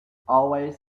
always